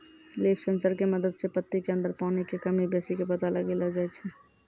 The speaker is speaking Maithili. लीफ सेंसर के मदद सॅ पत्ती के अंदर पानी के कमी बेसी के पता लगैलो जाय छै